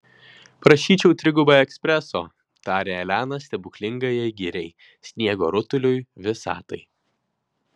prašyčiau trigubą ekspreso tarė elena stebuklingajai giriai sniego rutuliui visatai